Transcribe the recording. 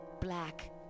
black